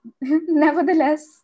nevertheless